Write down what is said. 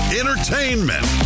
entertainment